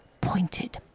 pointed